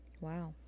Wow